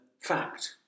fact